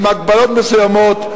עם הגבלות מסוימות,